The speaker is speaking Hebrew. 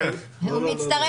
הוא מצטרף,